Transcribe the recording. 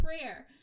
prayer